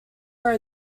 are